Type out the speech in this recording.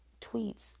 tweets